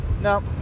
No